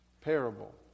parable